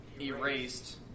erased